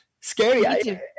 scary